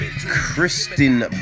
Kristen